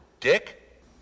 dick